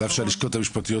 על אף שלשכות משפטיות